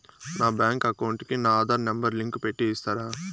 నా bank account కు నా ఆధార్ నెంబర్ లింకు పెట్టి ఇస్తారా?